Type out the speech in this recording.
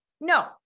no